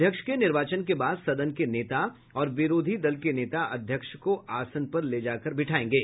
अध्यक्ष के निर्वाचन के बाद सदन के नेता और विरोधी दल के नेता अध्यक्ष को आसन पर ले जाकर बैठायेंगे